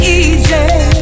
easy